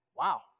Wow